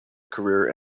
career